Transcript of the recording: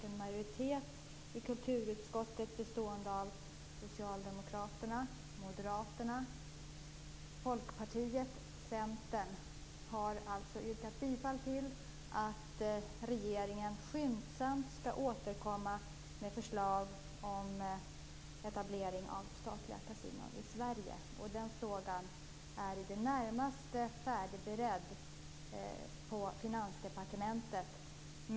En majoritet i kulturutskottet bestående av Centern har tillstyrkt att regeringen skyndsamt skall återkomma med förslag om etablering av statliga kasinon i Sverige. Den frågan är i det närmaste färdigberedd på Finansdepartementet.